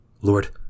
Lord